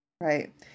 right